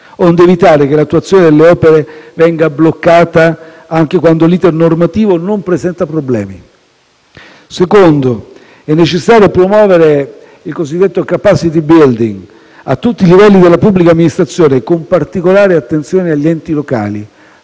onde evitare che l'attuazione delle opere venga bloccata anche quando l'*iter* normativo non presenta problemi. In secondo luogo, è necessario promuovere il cosiddetto *capacity building* a tutti i livelli della pubblica amministrazione, con particolare attenzione agli enti locali.